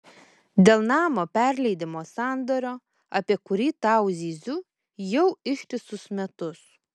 dėl namo perleidimo sandorio apie kurį tau zyziu jau ištisus metus